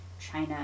China